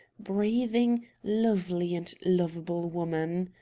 breathing, lovely, and lovable woman.